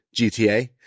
GTA